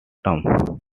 term